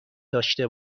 داشته